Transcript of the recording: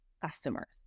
customers